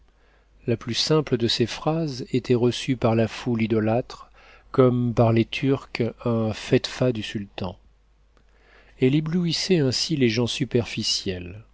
la plus simple de ses phrases était reçue par la foule idolâtre comme par les turcs un fetfa du sultan elle éblouissait ainsi les gens